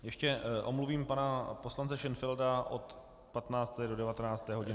Ještě omluvím pana poslance Šenfelda od 15. do 19. hodiny.